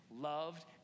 Loved